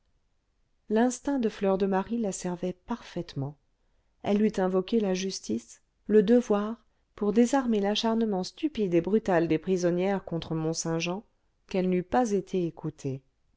l'instinct de fleur de marie la servait parfaitement elle eût invoqué la justice le devoir pour désarmer l'acharnement stupide et brutal des prisonnières contre mont-saint-jean qu'elle n'eût pas été écoutée